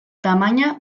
tamaina